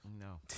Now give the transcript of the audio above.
no